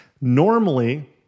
Normally